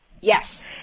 yes